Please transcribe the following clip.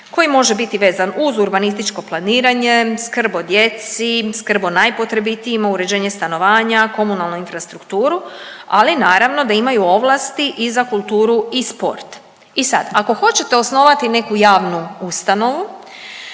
koji može biti vezan uz urbanističko planiranje, skrb o djeci, skrb o najpotrebitijima, uređenje stanovanja, komunalnu infrastrukturu, ali naravno da imaju ovlasti i za kulturu i sport. I sad ako hoćete osnovati neku javnu ustanovu,